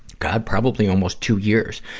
god, probably almost two years.